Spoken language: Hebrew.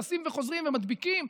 טסים וחוזרים ומדביקים.